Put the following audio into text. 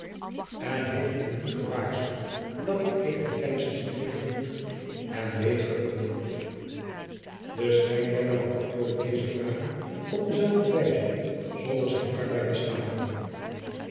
en heeft men u gewaarschuwd dat ik eenige kennissen spreken moet en weet ge het woord jacob van lennep de pleegzoon de schrijnwerker bëantwoordde deze vragen op dezelfde wijze zonder zijn arbeid te staken